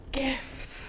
gifts